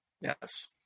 yes